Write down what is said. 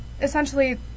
essentially